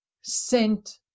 sent